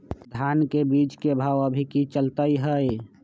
धान के बीज के भाव अभी की चलतई हई?